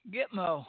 Gitmo